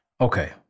Okay